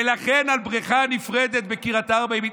ולכן לבריכה נפרדת בקריית ארבע היא מתנגדת.